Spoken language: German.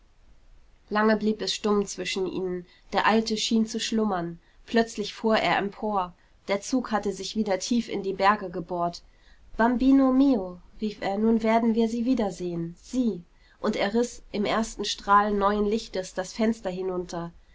lange blieb es stumm zwischen ihnen der alte schien zu schlummern plötzlich fuhr er empor der zug hatte sich wieder tief in die berge gebohrt bambino mio rief er nun werden wir sie wiedersehen sie und er riß im ersten strahl neuen lichts das fenster hinunter